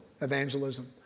evangelism